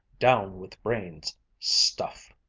down with brains stuff!